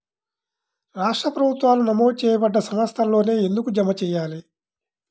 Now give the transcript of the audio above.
రాష్ట్ర ప్రభుత్వాలు నమోదు చేయబడ్డ సంస్థలలోనే ఎందుకు జమ చెయ్యాలి?